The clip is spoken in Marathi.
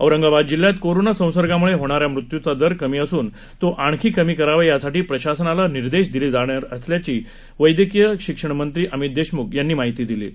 औरंगाबाद जिल्ह्यात कोरोना संसर्गामुळे होणाऱ्या मृत्यूचा दर कमी असून तो आणखी कमी करावा यासाठी प्रशासनाला निर्देश दिले असल्याची माहिती वैद्यकीय शिक्षण मंत्री अमित देशम्ख यांनी दिली आहे